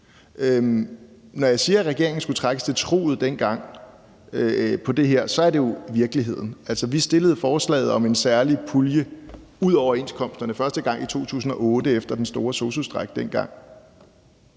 Når jeg siger, at regeringen skulle trækkes til truget dengang i forhold til det her, så er det jo virkeligheden. Altså, vi stillede forslaget om en særlig pulje ud over i overenskomsterne første gang i 2008 efter den store sosu-strejke dengang,